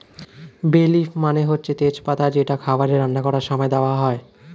বে লিফ মানে হচ্ছে তেজ পাতা যেটা খাবারে রান্না করার সময়ে দেওয়া হয়